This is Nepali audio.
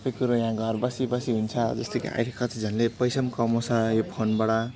सबै कुरो यहाँ घर बसी बसी हुन्छ जस्तो कि अहिले कतिजनाले पैसा पनि कमाउँछ यो फोनबाट